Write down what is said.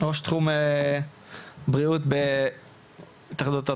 יעל היא ראש תחום בריאות בהתאחדות התעשיינים,